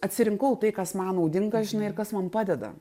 atsirinkau tai kas man naudinga žinai ir kas man padeda